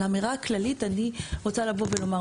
לאמירה הכללית אני רוצה לבוא ולומר.